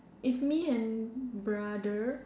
if me and brother